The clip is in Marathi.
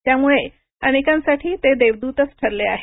त्यामुळे अनेकांसाठी ते देवदूतचं ठरले आहेत